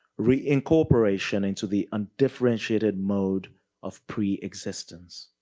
reincorporation into the undifferentiated mode of preexistance.